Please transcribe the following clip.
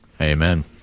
Amen